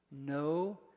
No